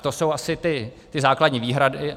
To jsou asi základní výhrady.